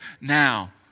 now